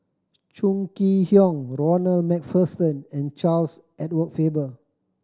Chong Kee Hiong Ronald Macpherson and Charles Edward Faber